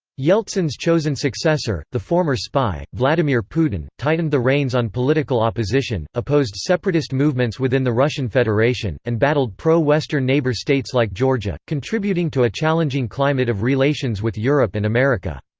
yeltsin's chosen successor, the former spy, vladimir putin, tightened the reins on political opposition, opposed separatist movements within the russian federation, and battled pro-western neighbour states like georgia, contributing to a challenging climate of relations with europe and america.